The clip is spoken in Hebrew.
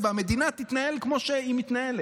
והמדינה תתנהל כמו שהיא מתנהלת.